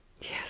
Yes